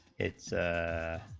it's a